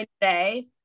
today